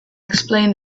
explained